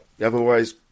Otherwise